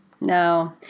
No